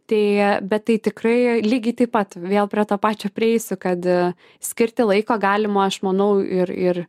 tai bet tai tikrai lygiai taip pat vėl prie to pačio prieisiu kad skirti laiko galima aš manau ir ir